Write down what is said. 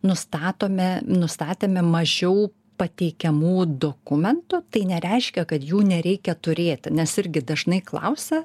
nustatome nustatėme mažiau pateikiamų dokumentų tai nereiškia kad jų nereikia turėti nes irgi dažnai klausia